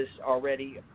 already